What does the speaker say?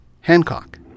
Hancock